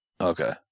Okay